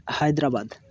Hyderabad